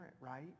right